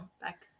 back